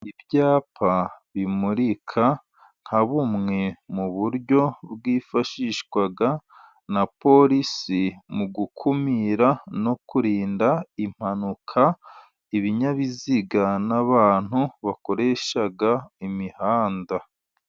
Ibyapa bimurika nka bumwe mu buryo bwifashishwa na polisi, mu gukumira no kurinda impanuka ibinyabiziga n'abantu bakoresha imihanda.